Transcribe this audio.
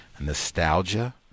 nostalgia